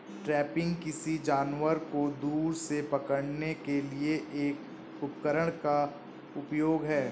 trapping, किसी जानवर को दूर से पकड़ने के लिए एक उपकरण का उपयोग है